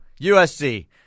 USC